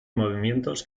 movimientos